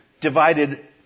divided